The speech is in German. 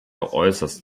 äußerst